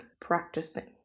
practicing